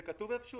זה כתוב איפשהו?